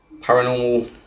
paranormal